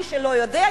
מי שלא יודע,